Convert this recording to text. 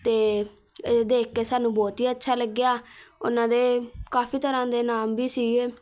ਅਤੇ ਇਹ ਦੇਖ ਕੇ ਸਾਨੂੰ ਬਹੁਤ ਹੀ ਅੱਛਾ ਲੱਗਿਆ ਉਨ੍ਹਾਂ ਦੇ ਕਾਫੀ ਤਰ੍ਹਾਂ ਦੇ ਨਾਮ ਵੀ ਸੀਗੇ